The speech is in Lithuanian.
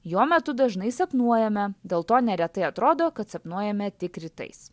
jo metu dažnai sapnuojame dėl to neretai atrodo kad sapnuojame tik rytais